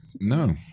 no